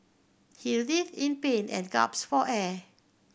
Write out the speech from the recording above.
he writhed in pain and gasped for air